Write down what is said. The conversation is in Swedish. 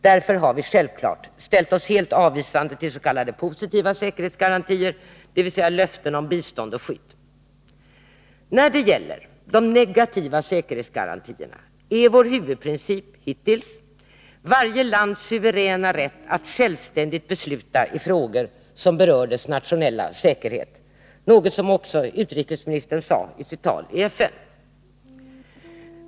Därför har vi självklart ställt oss helt avvisande till s.k. positiva säkerhetsgarantier, dvs. löften om bistånd och skydd. När det gäller negativa säkerhetsgarantier är vår huvudprincip hittills varje lands suveräna rätt att självständigt besluta i frågor som berör dess nationella säkerhet, något som också utrikesministern sade i sitt tal i FN.